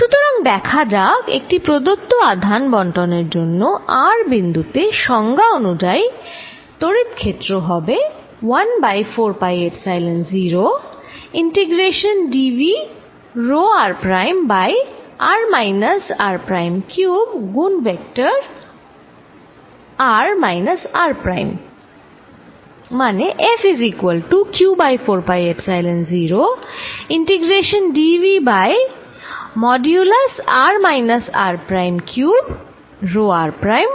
সুতরাং দেখা যাক একটি প্রদত্ত আধান বণ্টনের জন্য r বিন্দুতে সংজ্ঞা অনুযায়ী তড়িৎ ক্ষেত্র হবে 1 by 4 pi epsilon 0 integration dV rho r prime by r minus r prime cube গুন vector r minus r prime